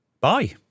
bye